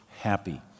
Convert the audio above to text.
happy